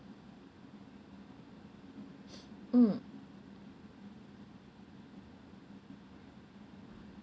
mm